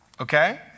okay